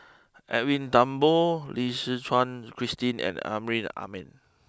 Edwin Thumboo Lim Suchen Christine and Amrin Amin